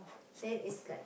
then is like